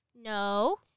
No